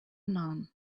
none